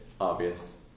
obvious